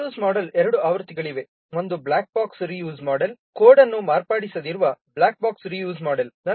ಈ reuse ಮೋಡೆಲ್ಗೆ ಎರಡು ಆವೃತ್ತಿಗಳಿವೆ ಒಂದು black box reuse model code ಅನ್ನು ಮಾರ್ಪಡಿಸದಿರುವ ಬ್ಲಾಕ್-ಬಾಕ್ಸ್ ರೀ ಯೂಸ್ ಮೋಡೆಲ್